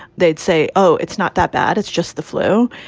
they'd say, oh, it's not that bad. it's just the flu.